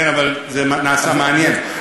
כן, אבל זה נעשה מעניין.